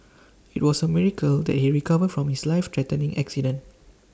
IT was A miracle that he recovered from his life threatening accident